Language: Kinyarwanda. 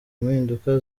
impinduka